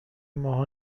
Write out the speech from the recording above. ماها